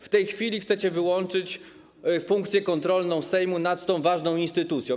W tej chwili chcecie wyłączyć funkcję kontrolną Sejmu nad tą ważną instytucją.